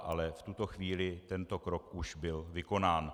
Ale v tuto chvíli tento krok už byl vykonán.